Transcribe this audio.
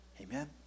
Amen